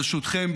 ברשותכם,